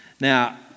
Now